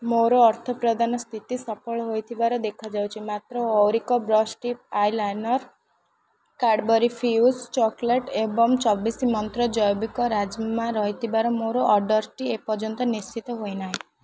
ମୋର ଅର୍ଥପ୍ରଦାନ ସ୍ଥିତି ସଫଳ ହୋଇଥିବାର ଦେଖାଉଛି ମାତ୍ର Auric brush tip eyeliner Cadbury Fuse chocolate ଏବଂ ଚବିଶି ମନ୍ତ୍ର ଜୈବିକ ରାଜ୍ମା ରହିଥିବା ମୋ ଅର୍ଡ଼ର୍ଟି ଏପର୍ଯ୍ୟନ୍ତ ନିଶ୍ଚିତ ହୋଇନାହିଁ